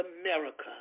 America